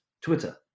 Twitter